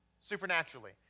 supernaturally